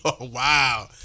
Wow